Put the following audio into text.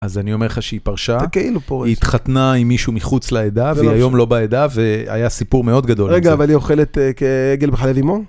אז אני אומר לך שהיא פרשה, היא התחתנה עם מישהו מחוץ לעדה, והיא היום לא בעדה, והיה סיפור מאוד גדול. רגע, אבל היא אוכלת עגל בחלב אימו?